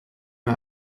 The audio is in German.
mir